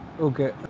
Okay